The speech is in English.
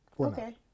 Okay